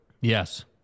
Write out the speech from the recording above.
Yes